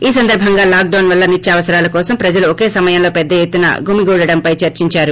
ఈ సందర్భంగా లాక్డొస్ వల్ల నిత్యావసరాల కోసం ప్రజలు ఒకే సమయంలో పెద్ద ఎత్తున గుమిగూడటంపై చర్చిందారు